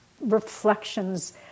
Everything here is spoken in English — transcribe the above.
reflections